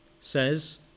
says